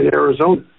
Arizona